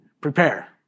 prepare